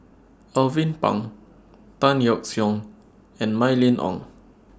Alvin Pang Tan Yeok Seong and Mylene Ong